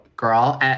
girl